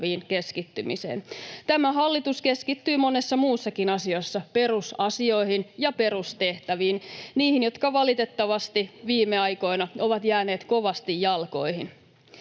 keskittymiseen. Tämä hallitus keskittyy monessa muussakin asiassa perusasioihin ja perustehtäviin — niihin, jotka valitettavasti viime aikoina ovat jääneet kovasti jalkoihin.